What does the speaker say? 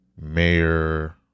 Mayor